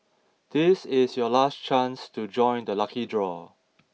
this is your last chance to join the lucky draw